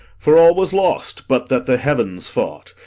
for all was lost, but that the heavens fought.